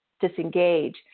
disengage